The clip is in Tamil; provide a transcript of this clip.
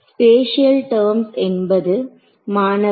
ஸ்பேஷியல் டெர்ம்ஸ் என்பது மாணவர்